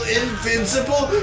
invincible